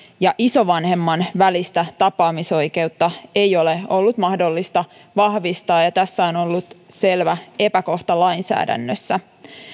ja isovanhemman välistä tapaamisoikeutta ei ole ollut mahdollista vahvistaa ja tässä on ollut selvä epäkohta lainsäädännössä